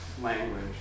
language